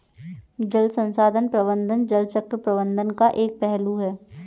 जल संसाधन प्रबंधन जल चक्र प्रबंधन का एक पहलू है